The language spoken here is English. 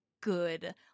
good